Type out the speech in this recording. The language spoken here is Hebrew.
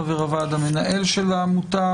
חבר הוועד המנהל של העמותה,